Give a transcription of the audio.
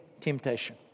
temptation